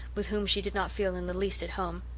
with whom she did not feel in the least at home.